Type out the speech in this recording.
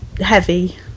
heavy